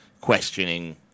questioning